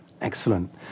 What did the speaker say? Excellent